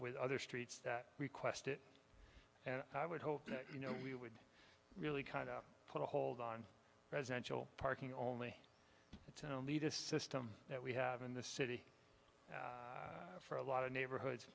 with other streets that request it and i would hope that you know we would really kind of put a hold on residential parking only to lead a system that we have in the city for a lot of neighborhood